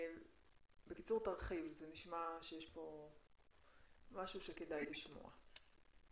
נשמע שיש פה משהו שכדאי לשמוע.